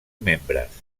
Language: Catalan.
membres